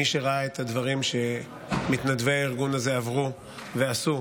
מי שראה את הדברים שמתנדבי הארגון הזה עברו ועשו,